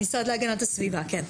המשרד להגנת הסביבה, כן.